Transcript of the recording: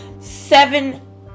seven